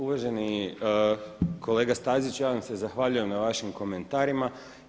Uvaženi kolega Stazić ja vam se zahvaljujem na vašim komentarima.